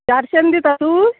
चारश्यान दिता तूं